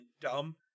dumb